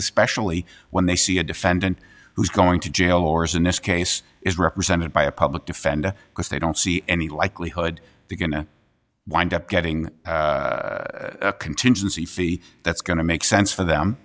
especially when they see a defendant who's going to jail or as in this case is represented by a public defender because they don't see any likelihood they going to wind up getting a contingency fee that's going to make sense for them